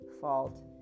fault